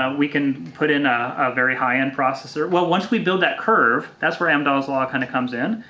um we can put in a very high-end processor. well, once we build that curve, that's where amdahl's law kind of comes in.